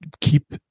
keep